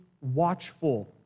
watchful